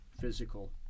physical